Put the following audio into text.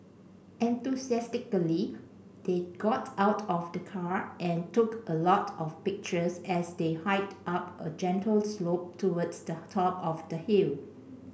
enthusiastically they got out of the car and took a lot of pictures as they hiked up a gentle slope towards the top of the hill